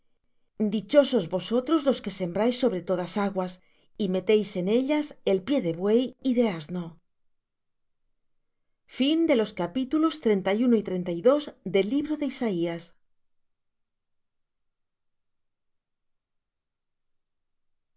dichosos vosotros los que sembráis sobre todas aguas y metéis en ellas el pie de buey y de asno ay de